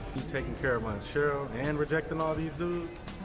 you taking care of aunt cheryl and rejecting all these dudes?